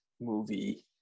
movie